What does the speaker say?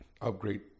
upgrade